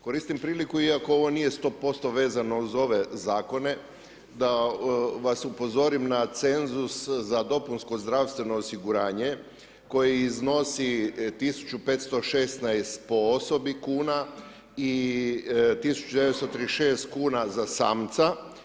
Koristim priliku iako ovo nije 100% vezano uz ove zakone da vas upozorim na cenzus za dopunsko zdravstveno osiguranje koje iznosi 1516 po osobi kuna i 1936 kuna za samca.